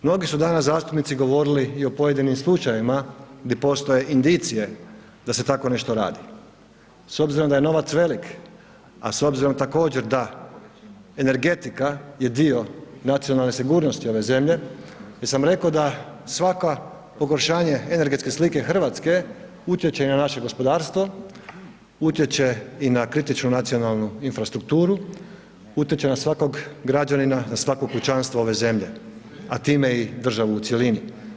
Mnogi su danas zastupnici govorili i o pojedinim slučajevima di postoje indicije da se tako nešto radi, s obzirom da je novac velik, a s obzirom također da energetika je dio nacionalne sigurnosti ove zemlje, gdje sam reko da svaka pogoršanje energetske slike RH utječe i na naše gospodarstvo, utječe i na kritičnu nacionalnu infrastrukturu, utječe na svakog građanina, na svako kućanstvo ove zemlje, a time i državu u cjelini.